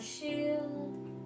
shield